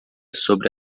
sobre